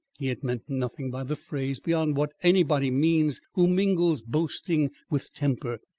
he had meant nothing by the phrase, beyond what any body means who mingles boasting with temper,